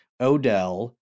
Odell